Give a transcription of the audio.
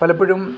പലപ്പോഴും